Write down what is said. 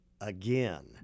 again